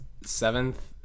seventh